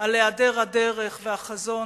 על היעדר הדרך והחזון,